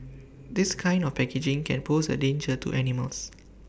this kind of packaging can pose A danger to animals